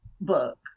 book